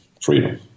freedom